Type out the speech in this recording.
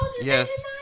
Yes